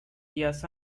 días